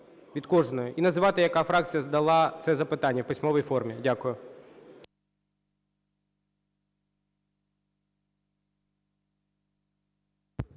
від кожної, і називати, яка фракція задала це запитання в письмовій формі. Дякую.